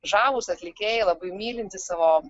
žavūs atlikėjai labai mylinti savo